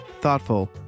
thoughtful